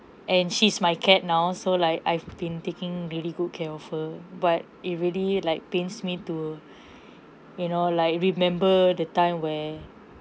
and she's my cat now so like I've been taking really good care of her but it really like pains me to you know like remember the time where